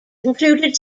included